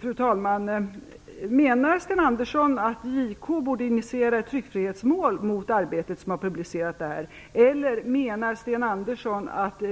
Fru talman! Menar Sten Andersson att JK borde initiera ett tryckfrihetsmål mot Arbetet som har publicerat denna handling? Eller menar Sten Andersson att